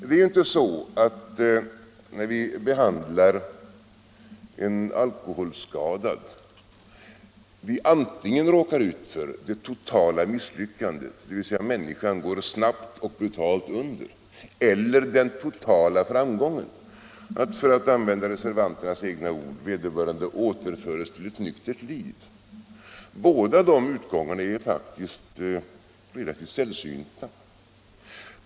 Det är inte så att vi, när vi behandlar en alkoholskadad, antingen råkar ut för det totala misslyckandet, dvs. människan går snabbt och brutalt under, eller når den totala framgången, att — för att använda reservanternas egna ord — vederbörande återförs till ett nyktert liv. Båda de utgångarna är faktiskt relativt sällsynta.